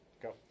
go